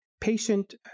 Patient